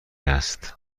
است